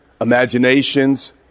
imaginations